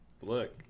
look